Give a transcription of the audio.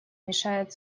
мешают